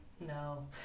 No